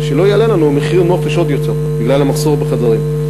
שלא יעלה לנו מחיר הנופש עוד יותר בגלל המחסור בחדרים.